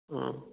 ꯎꯝ